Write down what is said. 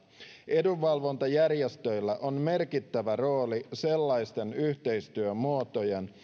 edunvalvontajärjestöillä on merkittävä rooli sellaisten yhteistyömuotojen